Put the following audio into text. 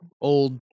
old